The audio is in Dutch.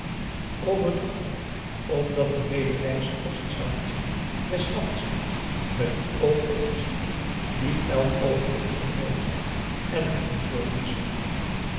overdag niet omdat de medereizigers het zouden zien des nachts niet met het oog op den zieke die p a daum hoe hij raad van indië werd onder ps maurits elk oogenblik hulp noodig had en haar niet wilde missen